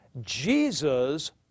Jesus